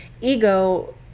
ego